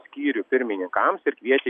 skyrių pirmininkams ir kviečia